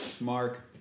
Mark